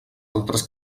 altres